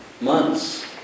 months